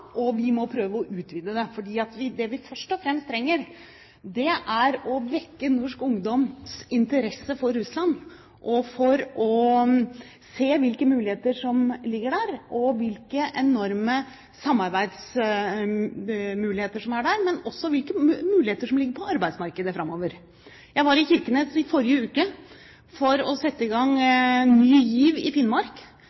og vi må prøve å utvide det. Det vi først og fremst trenger, er å vekke norsk ungdoms interesse for Russland, for å se hvilke muligheter som ligger der, hvilke enorme samarbeidsmuligheter som er der, og hvilke muligheter som ligger på arbeidsmarkedet framover. Jeg var i Kirkenes i forrige uke for å sette i gang